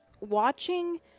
watching